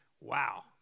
wow